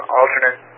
alternate